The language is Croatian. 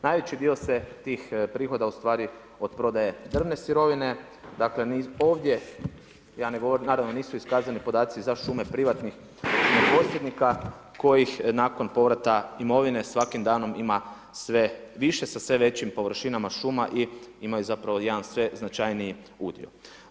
Najveći di se tih prihoda ostvari od prodaje drvne sirovine, dakle ovdje naravno nisu iskazani podaci za šume prihvatnih šumoposjednika kojih nakon povrata imovine svakim danom ima sve više, sa sve većim površinama šuma i imaju zapravo jedan sve značajniji udio.